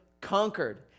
conquered